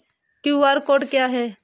QR code क्या है?